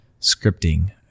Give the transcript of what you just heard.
scripting